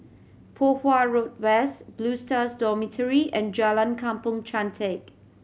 Poh Huat Road West Blue Stars Dormitory and Jalan Kampong Chantek